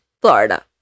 Florida